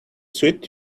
suit